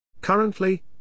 Currently